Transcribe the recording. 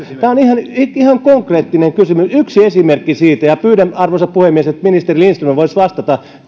tämä on ihan konkreettinen kysymys yksi esimerkki siitä ja pyydän arvoisa puhemies että ministeri lindström voisi vastata